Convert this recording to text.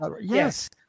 Yes